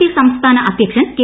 P സംസ്ഥാന അധ്യക്ഷൻ K